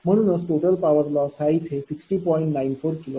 म्हणूनच total power loss हा येथे60